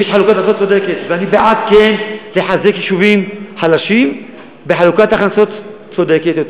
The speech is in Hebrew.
יש חלוקת הכנסות צודקת,